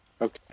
Okay